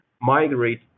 migrate